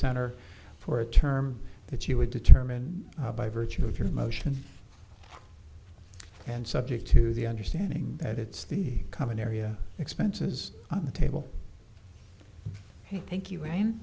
center for a term that you would determine by virtue of your motion and subject to the understanding that it's the common area expenses on the table thank you and